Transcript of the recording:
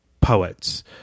poets